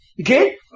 Okay